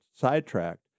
sidetracked